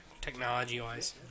technology-wise